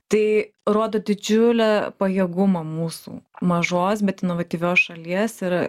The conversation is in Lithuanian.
tai rodo didžiulę pajėgumą mūsų mažos bet inovatyvios šalies ir